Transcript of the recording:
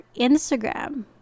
instagram